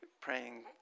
praying